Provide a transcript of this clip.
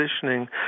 positioning